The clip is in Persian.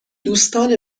دوستان